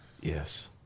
Yes